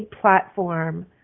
platform